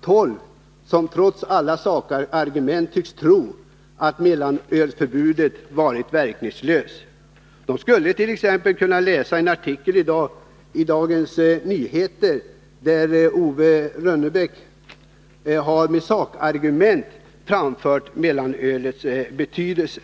Motionärerna tycks trots alla sakargument tro att mellanölsförbudet varit verkningslöst. De skulle t.ex. kunna läsa en artikel i Dagens Nyheter i dag där Owe Ranebäck med sakargument visar på mellanölets betydelse.